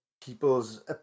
people's